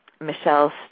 Michelle